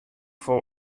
fol